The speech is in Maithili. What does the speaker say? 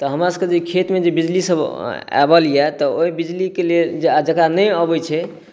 तऽ हमरासबके जे खेतमे बिजलीसब आएल या तऽ ओहि बिजलीके लेल जकरा नहि अबै छै